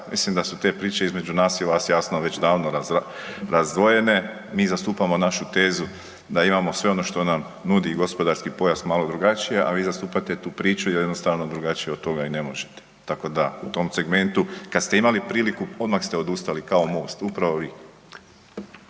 mislim da su te priče između nas i vas jasno već davno razdvojene. Mi zastupamo našu tezu da imamo sve ono što nam nudi gospodarski pojas malo drugačije, a vi zastupate tu priču jer jednostavno, drugačije od toga i ne možete. Tako da, u tom segmentu kad ste imali priliku, odmah ste odustali kao Most,